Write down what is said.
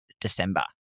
December